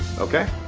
okay.